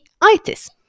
itis